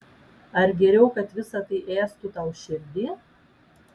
ar geriau kad visa tai ėstų tau širdį